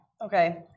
Okay